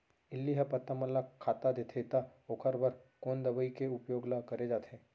इल्ली ह पत्ता मन ला खाता देथे त ओखर बर कोन दवई के उपयोग ल करे जाथे?